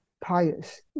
pious